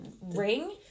ring